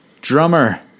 drummer